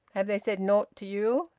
have they said naught to you?